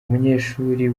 umunyeshuri